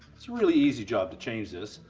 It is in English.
it's a really easy job to change this.